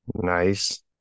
Nice